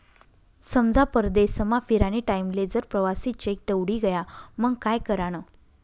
समजा परदेसमा फिरानी टाईमले जर प्रवासी चेक दवडी गया मंग काय करानं?